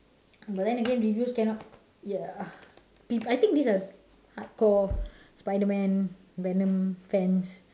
but then again reviews cannot ya I think these are hardcore spiderman venom fans